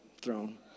thrown